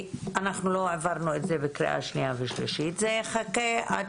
ולא העברנו את זה בקריאה שנייה ושלישית זה יחכה.